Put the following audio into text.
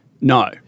No